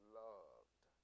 loved